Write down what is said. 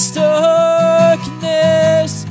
darkness